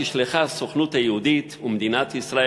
כשליחי הסוכנות היהודית ומדינת ישראל